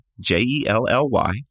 j-e-l-l-y